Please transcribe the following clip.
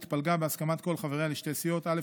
התפלגה בהסכמת כל חבריה לשתי סיעות: א.